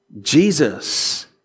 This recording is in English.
Jesus